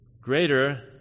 greater